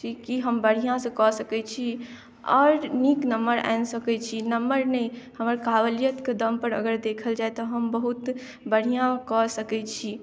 छी कि हम बढ़िआँसँ कऽ सकय छी आओर नीक नम्बर आनि सकय छी नम्बर ने हमर काबिलियतके दमपर अगर देखल जाइ तऽ हम बहुत बढ़िआँ कऽ सकय छी